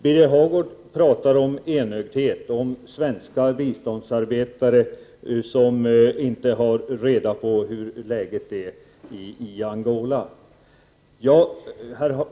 Birger Hagård talar om enögdhet och om svenska biståndsarbetare som inte har reda på hur läget är i Angola.